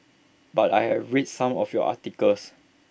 but I have read some of your articles